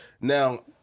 Now